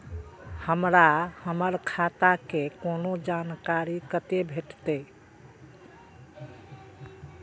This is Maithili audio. हमरा हमर खाता के कोनो जानकारी कते भेटतै